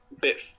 Bit